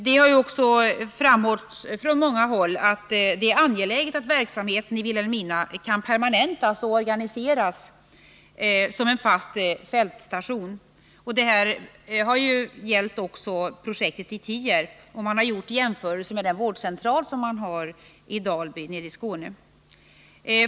Det har ju också framhållits från många håll att det är angeläget att verksamheten i Vilhelmina kan permanentas och organiseras som en fältstation. Det har gällt också projektet i Tierp, och det har gjorts jämförelser med den vårdcentral som man har i Dalby nere i Skåne.